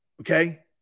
Okay